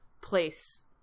place